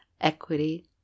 equity